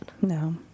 no